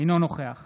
אינו נוכח